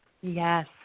Yes